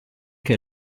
che